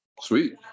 Sweet